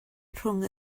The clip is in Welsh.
rhwng